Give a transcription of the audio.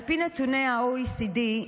על פי נתוני ה-OECD,